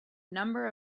number